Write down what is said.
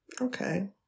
Okay